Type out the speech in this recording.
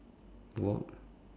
walk